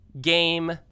game